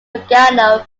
lugano